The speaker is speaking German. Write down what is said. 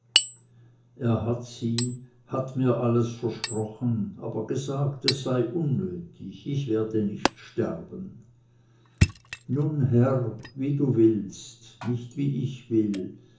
er hat sie hat mir alles versprochen aber gesagt es sei unnötig ich werde nicht sterben nun herr wie du willst nicht wie ich will